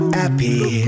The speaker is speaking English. happy